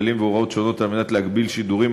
כללים והוראות שונות על מנת להגביל שידורים